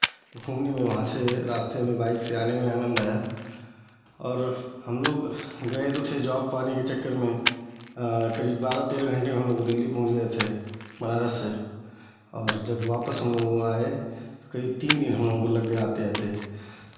घूमने में वहाँ से रास्ते में बाइक से आने में आनन्द आया और हमलोग गए तो थे जॉब पाने के चक्कर में करीब बारह तेरह घंटे में हमलोग दिल्ली पहुँच गए थे बनारस से और जब वापस हमलोग आए करीब तीन दिन हमलोगों को लग गया आते आते